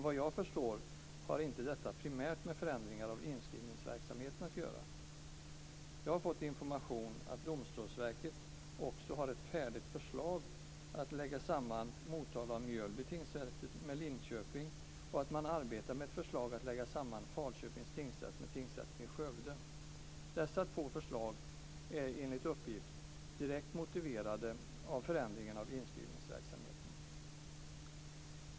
Såvitt jag förstår har detta inte primärt med förändringar av inskrivningsverksamheten att göra. Jag har fått informationen att Domstolsverket också har ett färdigt förslag om att lägga samman Motala och Mjölby tingsrätter med Linköpings tingsrätt och att man arbetar med ett förslag om att lägga samman Falköpings tingsrätt med tingsrätten i Skövde. Dessa två förslag är enligt uppgift direkt motiverade av förändringen av inskrivningsverksamheten.